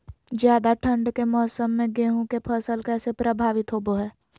ज्यादा ठंड के मौसम में गेहूं के फसल कैसे प्रभावित होबो हय?